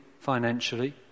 financially